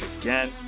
again